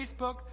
Facebook